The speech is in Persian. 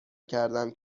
کردم